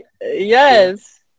Yes